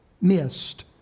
missed